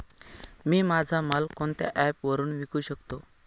मी माझा माल कोणत्या ॲप वरुन विकू शकतो?